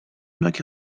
نوک